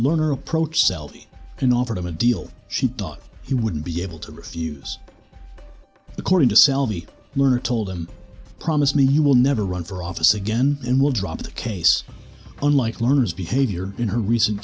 lerner approach selfie and offered him a deal she thought he wouldn't be able to refuse according to sell me lerner told him promise me you will never run for office again and will drop the case unlike learner's behavior in a recent